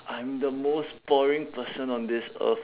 I'm the most boring person on this earth